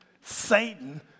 Satan